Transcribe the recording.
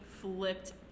flipped